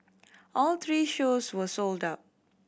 all three shows were sold out